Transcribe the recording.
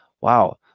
wow